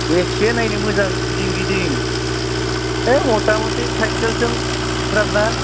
बेसे नायनो मोजां गिदिं गिदिं ओइ मथामथि साइकेलजों खोनादोंना